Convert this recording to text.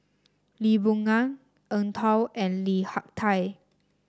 Lee Boon Ngan Eng Tow and Lim Hak Tai